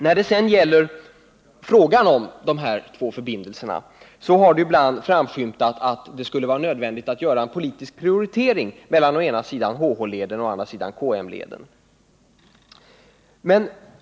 När dessa två förbindelser har diskuterats, har det ibland framskymtat att det skulle vara nödvändigt att göra en politisk prioritering mellan å ena sidan HH-leden och å andra sidan KM-leden.